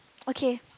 okay